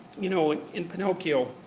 you know, in pinocchio,